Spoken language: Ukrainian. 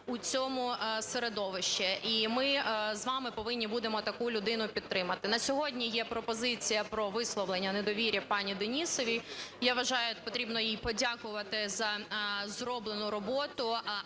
у цьому середовищі. І ми з вами повинні будемо таку людину підтримати. На сьогодні є пропозиція про висловлення недовіри пані Денісовій. Я вважаю, потрібно їй подякувати за зроблену роботу,